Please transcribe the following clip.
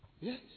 Yes